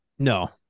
No